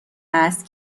است